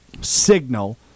signal